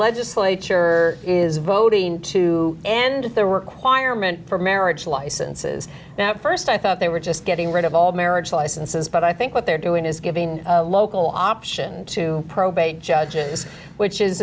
legislature is voting to end the requirement for marriage licenses now st i thought they were just getting rid of all marriage licenses but i think what they're doing is giving local option to probate judge is which is